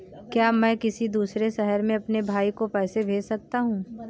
क्या मैं किसी दूसरे शहर में अपने भाई को पैसे भेज सकता हूँ?